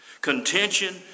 Contention